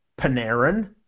Panarin